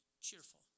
cheerful